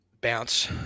bounce